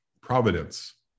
providence